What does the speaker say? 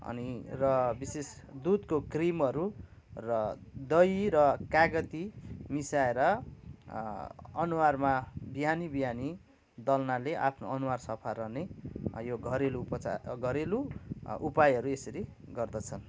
अनि र विशेष दुधको क्रिमहरू र दही र कागती मिसाएर अनुहारमा बिहानी बिहानी दल्नाले आफ्नो अनुहार सफा रहने यो घरेलु उपचार घरेलु उपायहरू यसरी गर्दछन्